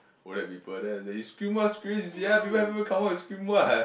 will there be burden then I say you scream what scream sia people haven't even come out you scream what